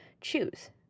choose